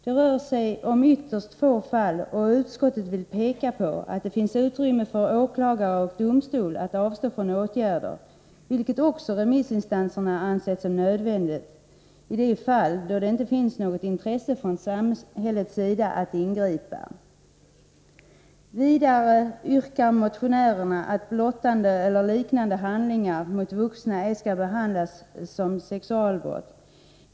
Det rör sig om ytterst få fall, och utskottet vill peka på att det finns utrymme för åklagare och domstol att avstå från åtgärder, vilket också remissinstanserna ansett som nödvändigt, i de fall då det inte finns något intresse från samhällets sida att ingripa. Vidare yrkar motionärerna att blottande eller liknande handlingar mot vuxna ej skall behandlas som sexualbrott.